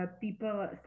people